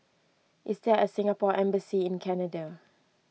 is there a Singapore Embassy in Canada